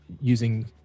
using